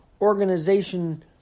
organization